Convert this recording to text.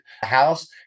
house